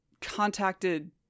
contacted